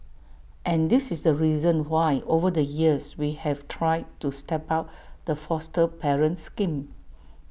and this is the reason why over the years we have tried to step up the foster parent scheme